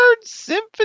Symphony